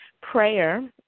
prayer